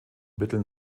mitteln